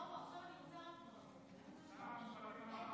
שלמה, עכשיו אני רוצה רק טוב.